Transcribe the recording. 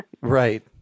Right